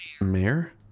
Mayor